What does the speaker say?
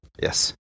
Yes